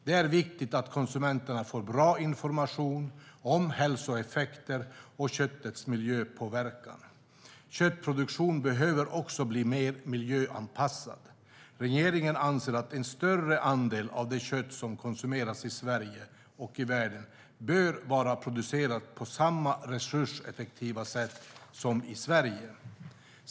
Det är viktigt att konsumenter får bra information om hälsoeffekter och köttets miljöpåverkan. Köttproduktionen behöver också bli mer miljöanpassad. Regeringen anser att en större andel av det kött som konsumeras i Sverige och världen bör vara producerat på samma resurseffektiva sätt som i Sverige.